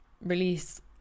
release